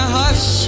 hush